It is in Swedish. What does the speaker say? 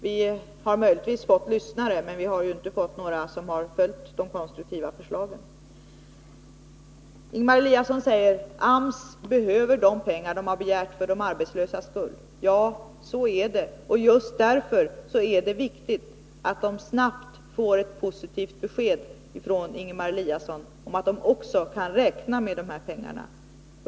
Vi har möjligtvis fått lyssnare, men ingen har velat följa de konstruktiva förslagen. Ingemar Eliasson säger att AMS för de arbetslösas skull behöver de pengar som styrelsen begärt. Ja, så är det, och just därför är det viktigt att det snabbt lämnas ett positivt besked från Ingemar Eliasson om att man också kan räkna med dessa pengar.